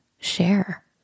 share